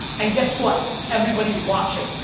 and guess what, everybody's watching.